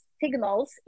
signals